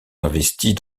investie